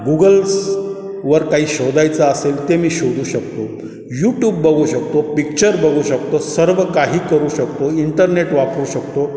गुगल्सवर काही शोधायचं असेल ते मी शोधू शकतो यूटूब बघू शकतो पिच्चर बघू शकतो सर्व काही करू शकतो इंटरनेट वापरू शकतो